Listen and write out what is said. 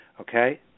Okay